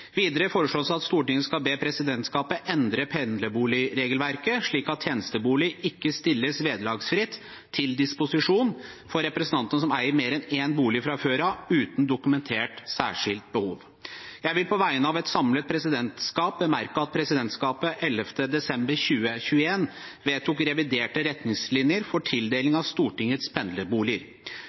Videre foreslås det at Stortinget skal be presidentskapet «endre regelverket for Stortingets pendlerboliger slik at tjenestebolig ikke stilles vederlagsfritt til disposisjon for representanter som eier mer enn én bolig fra før av, uten dokumentert særskilt behov». Jeg vil på vegne av et samlet presidentskap bemerke at presidentskapet den 11. desember 2021 vedtok reviderte retningslinjer for tildeling av Stortingets pendlerboliger.